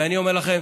ואני אומר לכם,